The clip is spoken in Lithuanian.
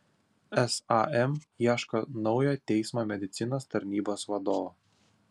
sam ieško naujo teismo medicinos tarnybos vadovo